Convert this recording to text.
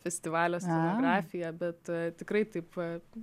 festivalio scenografija bet tikrai taip